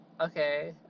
okay